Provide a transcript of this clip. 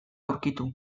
aurkitu